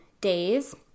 days